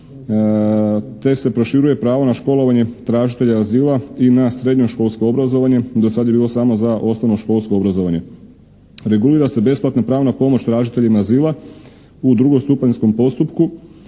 te se proširuje pravo na školovanje tražitelja azila i na srednjoškolsko obrazovanje, do sada je bilo samo za osnovnoškolsko obrazovanje. Regulira se besplatna pravna pomoć tražiteljima azila u drugostupanjskom postupku